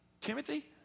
Timothy